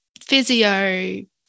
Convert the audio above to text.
physio